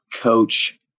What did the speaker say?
coach